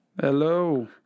Hello